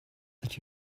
that